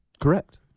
Correct